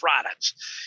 products